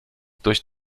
durch